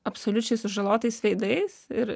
absoliučiai sužalotais veidais ir